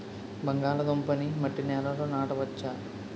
బంగాళదుంప నీ మట్టి నేలల్లో నాట వచ్చా?